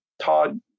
Todd